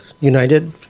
united